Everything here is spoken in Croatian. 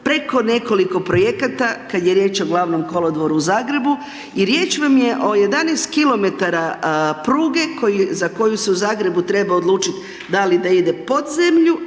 preko nekoliko projekata kad je riječ o Glavnom kolodvoru u Zagrebu i riječ vam je o 11 km pruge za koju se u Zagrebu treba odlučiti da li da ide pod zemlju